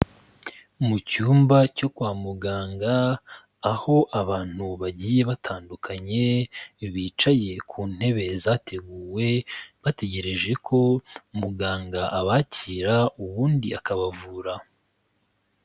Mu cyumba cyo kwa muganga, aho abantu bagiye batandukanye, bicaye ku ntebe zateguwe, bategereje ko muganga abakira, ubundi akabavura.